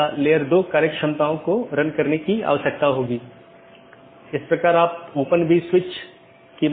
पथ को पथ की विशेषताओं के रूप में रिपोर्ट किया जाता है और इस जानकारी को अपडेट द्वारा विज्ञापित किया जाता है